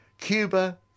Cuba